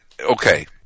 okay